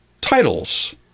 Titles